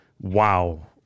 wow